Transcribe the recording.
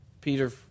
Peter